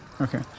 Okay